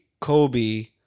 Kobe